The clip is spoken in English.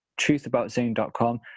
truthaboutzane.com